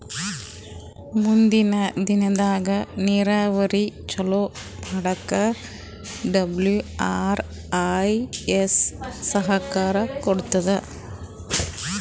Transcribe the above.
ಮುಂದಿನ್ ದಿನದಾಗ್ ನೀರಾವರಿ ಚೊಲೋ ಮಾಡಕ್ ಡಬ್ಲ್ಯೂ.ಆರ್.ಐ.ಎಸ್ ಸಹಕಾರ್ ಕೊಡ್ತದ್